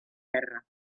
terra